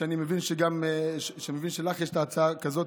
שאני מבין שלך יש הצעה כזאת,